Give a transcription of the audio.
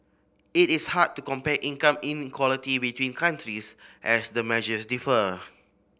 it is hard to compare income inequality between countries as the measures differ